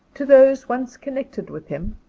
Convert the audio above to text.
to those once connected with him,